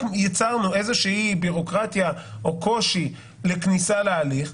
רק ייצרנו איזה שהיא בירוקרטיה או קושי לכניסה להליך.